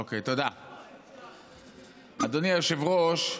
אדוני היושב-ראש,